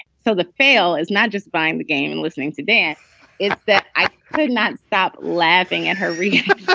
so the fail is not just buying the game and listening to dance it's that i could not stop laughing at her rehab